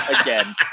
again